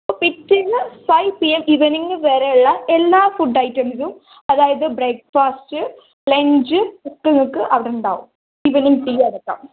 പിറ്റേന്ന് five P M evening വരെയുള്ള എല്ലാ ഫുഡ് ഐറ്റംസും അതായത് ബ്രേക്ക്ഫാസ്റ്റ് ലഞ്ച് ഒക്കെ നിങ്ങൾക്ക് അവിടെ ഉണ്ടാവും ഈവനിംഗ് ടീ അടക്കം